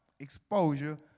exposure